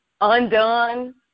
undone